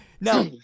Now